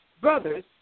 brothers